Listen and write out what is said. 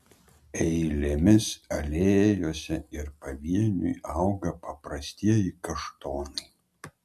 eilėmis alėjose ir pavieniui auga paprastieji kaštonai